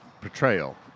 portrayal